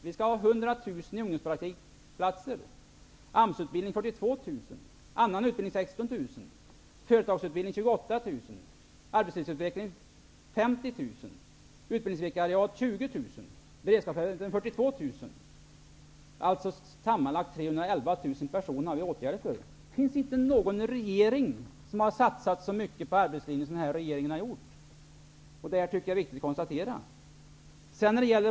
Vi skall ha 20 000 i utbildningsvikariat och 42 000 i beredskapsarbeten. Vi har alltså sammanlagt åtgärder för 311 000 personer. Det finns inte någon regering som har satsat så mycket på arbetslinjen som den här regeringen har gjort. Det är viktigt att konstatera.